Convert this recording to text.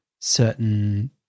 certain